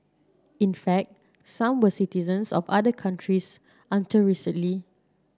in fact some were citizens of other countries until recently